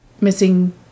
Missing